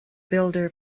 builder